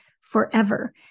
forever